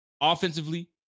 Offensively